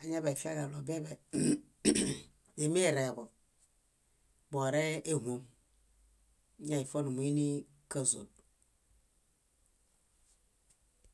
añaḃaifiaġaɭo źimireḃo bórehuom, ñáifonumuinikazol.